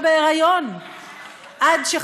על-ידי גופים וארגונים שמחפשים את הרוע במדינה הזו,